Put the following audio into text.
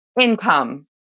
income